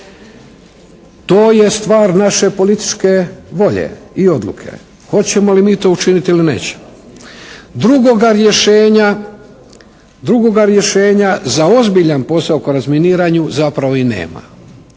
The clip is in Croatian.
To je stvar naše političke volje i odluke hoćemo li mi to učiniti ili nećemo. Drugoga rješenja za ozbiljan posao oko razminiranju zapravo i nema.